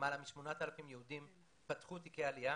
למעלה מ-8,000 יהודים פתחו תיקי עלייה